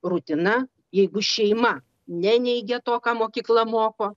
rutina jeigu šeima neneigia to ką mokykla moko